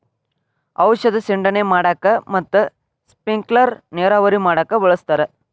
ಔಷದ ಸಿಂಡಣೆ ಮಾಡಾಕ ಮತ್ತ ಸ್ಪಿಂಕಲರ್ ನೇರಾವರಿ ಮಾಡಾಕ ಬಳಸ್ತಾರ